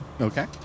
Okay